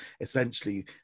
essentially